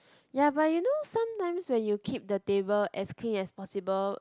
ya but you know sometimes when you keep the table as clean as possible